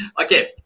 okay